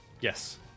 yes